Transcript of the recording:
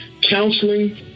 counseling